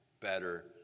better